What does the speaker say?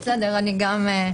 בסדר, אני גם.